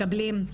מקבלים,